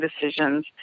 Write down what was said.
decisions